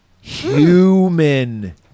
Human